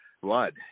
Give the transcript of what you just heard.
blood